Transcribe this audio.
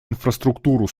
инфраструктуру